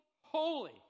holy